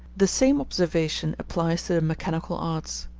the same observation applies to the mechanical arts.